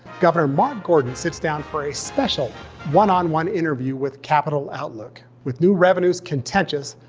governor mark gordon sits down for a special one on one interview with capitol outlook. with new revenues contentious,